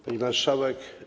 Pani Marszałek!